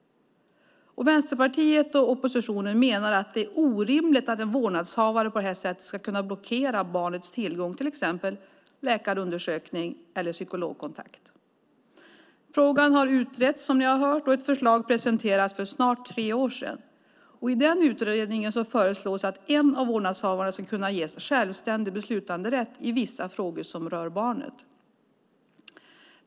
Vänsterpartiet och oppositionen menar att det är orimligt att en vårdnadshavare på det här sättet ska kunna blockera barnets tillgång till exempel till läkarundersökning eller psykologkontakt. Frågan har utretts, som ni har hört, och ett förslag presenterades för snart tre år sedan. I den utredningen föreslås att en av vårdnadshavarna ska kunna ges självständig beslutanderätt i vissa frågor som rör barnet.